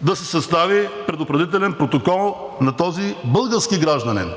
да се състави предупредителен протокол на този български гражданин.